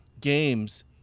games